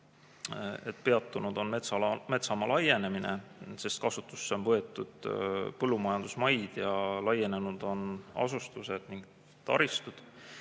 peatunud on metsamaa laienemine, sest kasutusele on võetud põllumajandusmaid ja laienenud on asustused ning taristud.